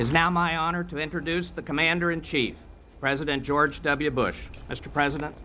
now my honor to introduce the commander in chief president george w bush mr president